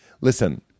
Listen